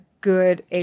good